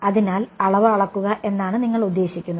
അതിനാൽ അളവ് അളക്കുക എന്നാണ് നിങ്ങൾ ഉദ്ദേശിക്കുന്നത്